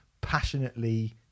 passionately